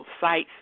sites